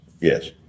Yes